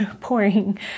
pouring